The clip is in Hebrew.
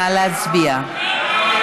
נא להצביע.